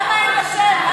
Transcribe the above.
למה אין לה שם?